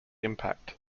impact